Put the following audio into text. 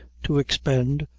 to expend,